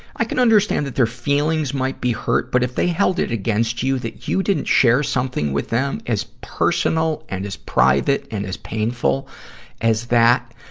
i can understand that their feelings might be hurt, but if they held it against you that you didn't share something with them as personal and as private and as painful as that,